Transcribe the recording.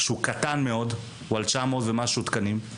כ-900 תקנים,